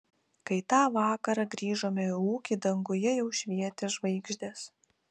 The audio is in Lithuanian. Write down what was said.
kai tą vakarą grįžome į ūkį danguje jau švietė žvaigždės